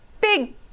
big